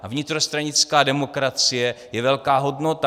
A vnitrostranická demokracie je velká hodnota.